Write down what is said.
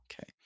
Okay